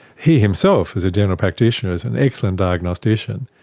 he himself as a general practitioner is an excellent diagnostician,